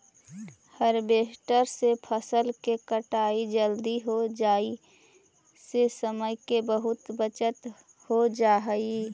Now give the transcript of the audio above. harvester से फसल के कटाई जल्दी हो जाई से समय के बहुत बचत हो जाऽ हई